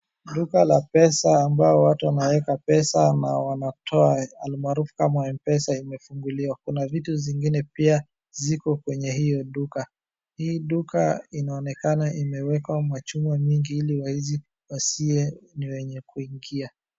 Duka la pesa ambalo watu wanaeka pesa na wanatoa almaarufu kama M-pesa imefunguliwa. Kuna vitu zingine pia ziko kwenye hio duka. Hii duka inaonekana imewekwa machuma mengi ili waezi wasiwe ni wenye kuingia.